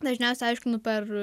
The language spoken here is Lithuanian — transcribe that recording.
dažniausia aiškinu per